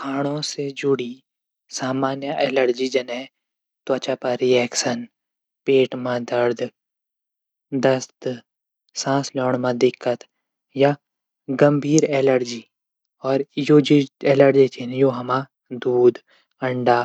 खाणू से जुडि सामान्य एलर्जी जनई त्वचा पर रियेकसन पेट पर दर्द दस्त सांस लीण मा दिक्कत ।या गम्भीर एलर्जी। और यू जू एलर्जी छन या मा दूध अःडा